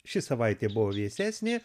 ši savaitė buvo vėsesnė